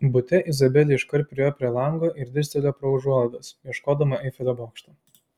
bute izabelė iškart priėjo prie lango ir dirstelėjo pro užuolaidas ieškodama eifelio bokšto